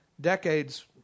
decades